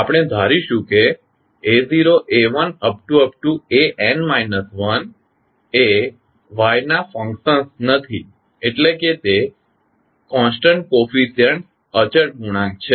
આપણે ધારીશું કે a0 a1 an 1 એ y ના ફંક્શન્સ નથી એટલે કે તે અચળ ગુણાંક છે